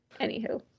Anywho